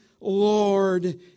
Lord